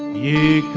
the